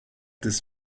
this